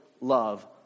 love